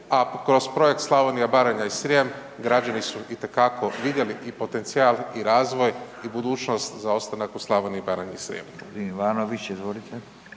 a kroz projekt Slavnija, Baranja i Srijem, građani su itekako vidjeli i potencijal i razvoj i budućnost za ostanak u Slavoniji, Baranji i Srijemu.